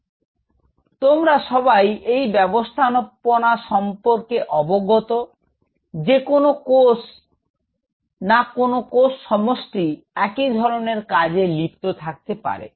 তো তোমরা সবাই এই ব্যাবস্থাপনা সম্পর্কে অবগত যে কোষ না কোষ সমষ্টি একই ধরনের কাজে লিপ্ত থাকতে পারে